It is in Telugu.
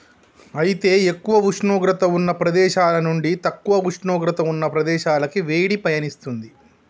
అయితే ఎక్కువ ఉష్ణోగ్రత ఉన్న ప్రదేశాల నుండి తక్కువ ఉష్ణోగ్రత ఉన్న ప్రదేశాలకి వేడి పయనిస్తుంది